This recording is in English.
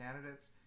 candidates